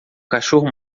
cachorro